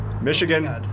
Michigan